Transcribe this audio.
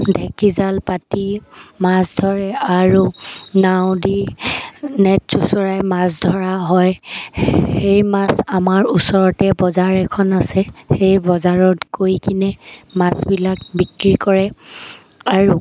ঢেকিজাল পাতি মাছ ধৰে আৰু নাও দি নেট চুচৰাই মাছ ধৰা হয় সেই মাছ আমাৰ ওচৰতে বজাৰ এখন আছে সেই বজাৰত গৈকিনে মাছবিলাক বিক্ৰী কৰে আৰু